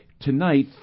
tonight